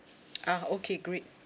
ah okay great